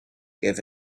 give